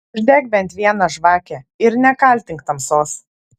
uždek bent vieną žvakę ir nekaltink tamsos